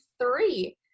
three